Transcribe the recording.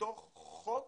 מתוך חוק